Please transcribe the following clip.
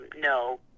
No